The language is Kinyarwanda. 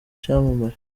icyamamare